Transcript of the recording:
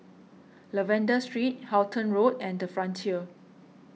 Lavender Street Halton Road and the Frontier